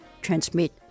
transmit